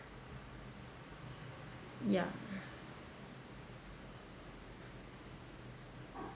ya